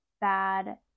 bad